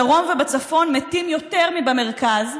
שבדרום ובצפון מתים יותר מבמרכז,